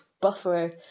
buffer